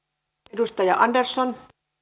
edustaja andersson otetaan nyt samalla